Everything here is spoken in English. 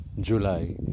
July